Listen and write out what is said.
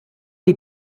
die